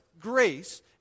grace